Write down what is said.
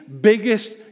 biggest